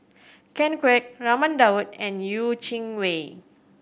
Ken Kwek Raman Daud and Yeh Chi Wei